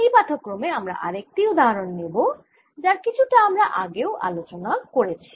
এই পাঠক্রমে আমরা আরেকটি উদাহরণ নেব যার কিছুটা আমরা আগেও আলোচনা করেছি